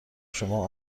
شما